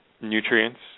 nutrients